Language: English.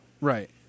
Right